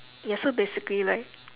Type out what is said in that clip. ya so basically like